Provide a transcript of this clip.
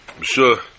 sure